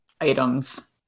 items